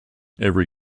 every